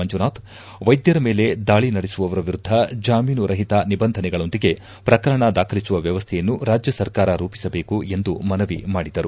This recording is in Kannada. ಮಂಜುನಾಥ್ ವೈದ್ಯರ ಮೇಲೆ ದಾಳಿ ನಡೆಸುವವರ ವಿರುದ್ದ ಜಾಮೀನುರಹಿತ ನಿಬಂಧನೆಗಳೊಂದಿಗೆ ಪ್ರಕರಣ ದಾಖಲಿಸುವ ವ್ಯವಸ್ಥೆಯನ್ನು ರಾಜ್ಯ ಸರ್ಕಾರ ರೂಪಿಸಬೇಕು ಎಂದು ಮನವಿ ಮಾಡಿದರು